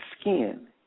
skin